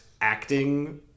acting